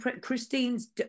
Christine's